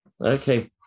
Okay